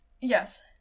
Yes